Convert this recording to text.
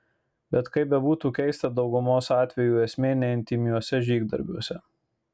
bet kaip bebūtų keista daugumos atvejų esmė ne intymiuose žygdarbiuose